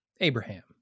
Abraham